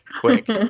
quick